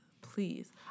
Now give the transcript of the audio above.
please